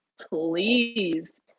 Please